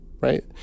right